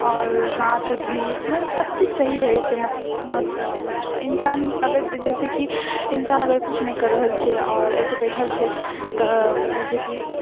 आओर हाथ उथ भी सबचीज सही रहैत छै इंसान अगर जैसे कि इंसान अगर किछु नहि कऽ रहल छै आओर ऐसे बैठल छै तऽ जैसे कि